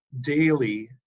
daily